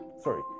sorry